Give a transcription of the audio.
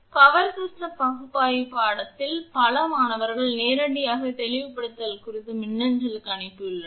power system பகுப்பாய்வு பாடத்திட்டத்தில் பல மாணவர்கள் நேரடியாக தெளிவுபடுத்தல் குறித்து மின்னஞ்சலுக்கு அனுப்பியுள்ளனர்